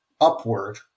upward